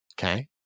Okay